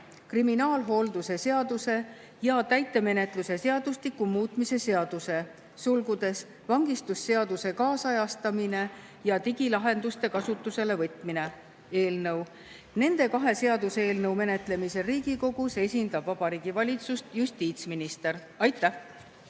kriminaalhooldusseaduse ja täitemenetluse seadustiku muutmise seaduse (vangistusseaduse kaasajastamine ja digilahenduste kasutuselevõtmine) eelnõu. Nende kahe seaduseelnõu menetlemisel Riigikogus esindab Vabariigi Valitsust justiitsminister. Aitäh!